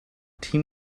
team